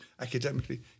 academically